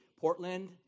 Portland